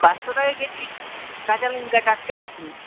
পাঁচশো টাকা কেজি কাঁচালঙ্কা টাটকা আছে